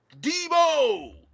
Debo